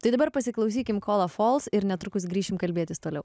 tai dabar pasiklausykime kola fols ir netrukus grįšim kalbėtis toliau